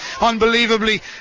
unbelievably